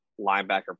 linebacker